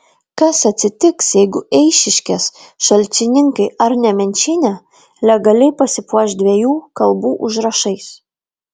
kas atsitiks jeigu eišiškės šalčininkai ar nemenčinė legaliai pasipuoš dviejų kalbų užrašais